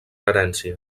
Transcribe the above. herència